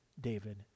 David